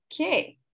Okay